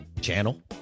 channel